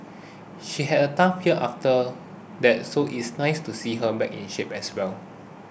she had a tough year after that so it's nice to see her back in shape as well